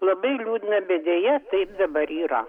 labai liūdna bet deja taip dabar yra